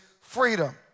freedom